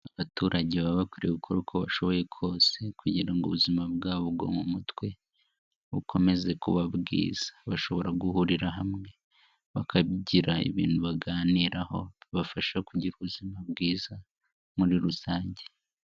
Abaturage baba bakwiriye gukora uko bashoboye kose kugira ngo ubuzima bwabo bwo mu mutwe bukomeze kuba bwiza. Bashobora guhurira hamwe bakagira ibintu baganiraho bibafasha kugira ubuzima bwiza muri rusange.